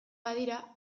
badira